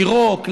לירוק,